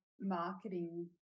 marketing